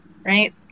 Right